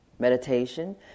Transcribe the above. Meditation